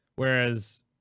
Whereas